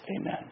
Amen